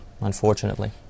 Unfortunately